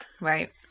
Right